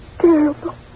terrible